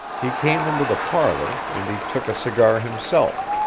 he came into the parlour, and he took a cigar himself,